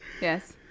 Yes